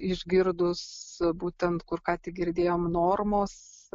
išgirdus būtent kur ką tik girdėjom normos